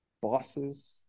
bosses